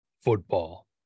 football